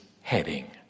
heading